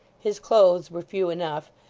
his clothes were few enough,